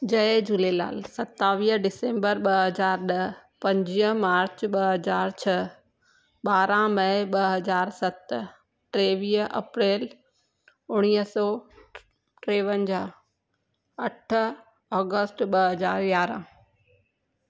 जय झूलेलाल सतावीह डिसेम्बर ॿ हज़ार ॾह पंज मार्च ॿ हज़ार छह ॿारहं मेय ॿ हज़ार सत टेवीह अप्रेल उणवीह सौ टेवंजाहु अठ अगस्ट ॿ हज़ार यारहं